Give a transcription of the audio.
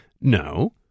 No